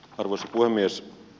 arvoisa puhemies